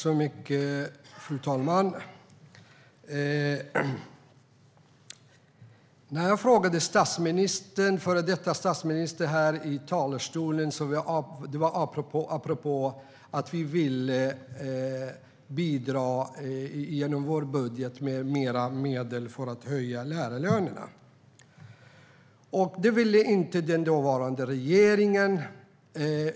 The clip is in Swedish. Fru talman! När jag ställde frågan till före detta statsministern här i talarstolen var det apropå att vi ville bidra med mer medel i vår budget för att höja lärarlönerna. Det ville inte den dåvarande regeringen.